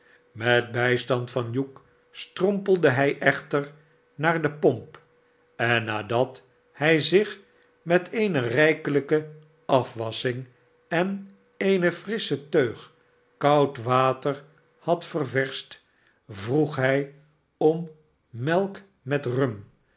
met bijstand van hugh strompelde hij echter naar de pomp en nadat hij zich met eene rijkelijke afwassching en eene frissche teug koud water had ververscht vroeg hij om melk met rum